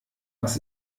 was